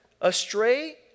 astray